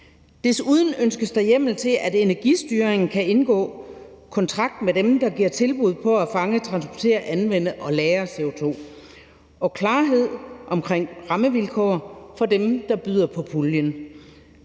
Desuden ønskes der hjemmel til, at Energistyrelsen kan indgå kontrakt med dem, som giver tilbud på at fange, transportere, anvende og lagre CO2, og klarhed omkring rammevilkår for dem, der byder ind på puljen.